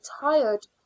tired